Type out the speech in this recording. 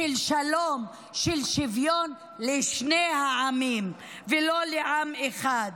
של שלום ושל שוויון לשני העמים ולא לעם אחד.